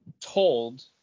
told